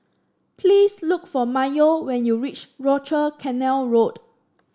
please look for Mayo when you reach Rochor Canal Road